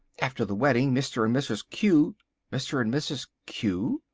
after the wedding mr. and mrs. q mr. and mrs. q,